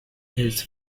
his